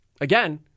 again